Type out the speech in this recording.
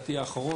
(שקף: צוות חברה בדואית).